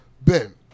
Ben